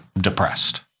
depressed